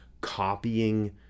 copying